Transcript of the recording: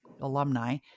alumni